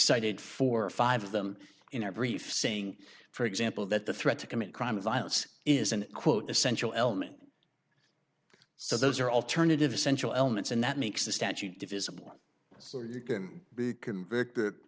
cited four or five of them in our brief saying for example that the threat to commit crime of violence is an quote essential element so those are alternative essential elements and that makes the statute divisible so you can be convicted